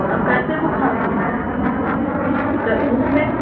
आ कैसे बुखार हो गया है ग धूप में